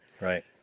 Right